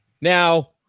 Now